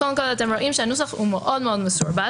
קודם כול, אתם רואים שהנוסח מאוד מאוד מסורבל.